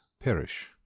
perish